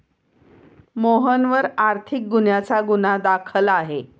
मोहनवर आर्थिक गुन्ह्याचा गुन्हा दाखल आहे